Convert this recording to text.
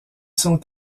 sont